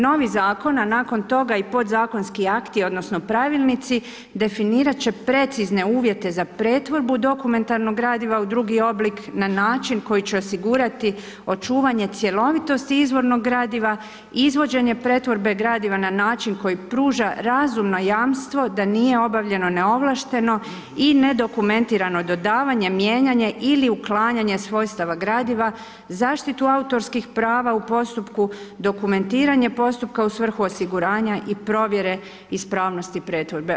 Novi zakon, a nakon toga i podzakonski akti, odnosno pravilnici definirat će precizne uvjete za pretvorbu dokumentarnog gradiva u drugi oblik na način koji će osigurati očuvanje cjelovitosti izvornog gradiva, izvođenje pretvorbe gradiva na način koji pruža razumno jamstvo da nije obavljeno neovlašteno i nedokumentirano dodavanje, mijenjanje ili uklanjanje svojstava gradiva, zaštitu autorskih prava u postupku, dokumentiranje postupka u svrhu osiguranja i provjere ispravnosti pretvorbe.